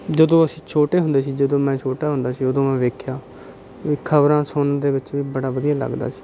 ਜਦੋਂ ਅਸੀਂ ਛੋਟੇ ਹੁੰਦੇ ਸੀ ਜਦੋਂ ਮੈਂ ਛੋਟਾ ਹੁੰਦਾ ਸੀ ਉਦੋਂ ਮੈਂ ਵੇਖਿਆ ਵੀ ਖ਼ਬਰਾਂ ਸੁਣਨ ਦੇ ਵਿੱਚ ਵੀ ਬੜਾ ਵਧੀਆ ਲੱਗਦਾ ਸੀ